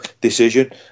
decision